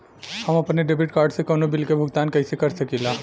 हम अपने debit card से कउनो बिल के भुगतान कइसे कर सकीला?